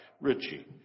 Richie